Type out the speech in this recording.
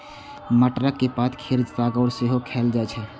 मटरक पात केर साग सेहो खाएल जाइ छै